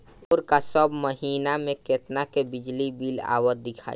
ओर का सब महीना में कितना के बिजली बिल आवत दिखाई